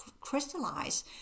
crystallize